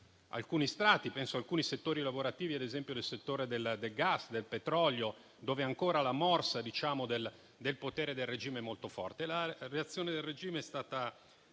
alcuni strati: penso ad alcuni settori lavorativi, ad esempio quello del gas e del petrolio, in cui la morsa del potere e del regime è ancora molto forte. La reazione del regime è stata